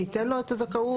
ניתן לו את הזכאות?